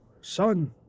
Son